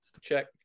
Check